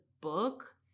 book